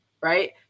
right